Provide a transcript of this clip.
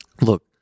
look